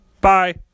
Bye